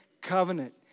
covenant